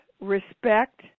respect